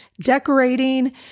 decorating